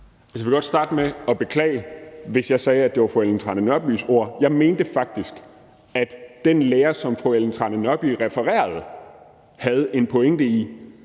Jeg vil godt starte med at beklage, hvis jeg sagde, at det var fru Ellen Trane Nørbys ord. Jeg mente faktisk, at den lærer, som fru Ellen Trane Nørby refererede, havde en pointe.